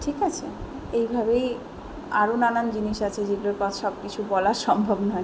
ঠিক আছে এইভাবেই আরও নানান জিনিস আছে যেগুলো তো আর সবকিছু বলা সম্ভব নয়